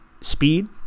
speed